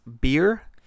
beer